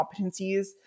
competencies